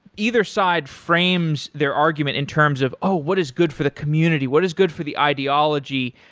either side frames their argument in terms of, oh! what is good for the community? what is good for the ideology?